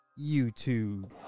YouTube